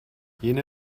jene